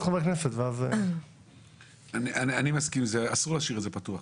מסכים שאסור להשאיר את זה פתוח,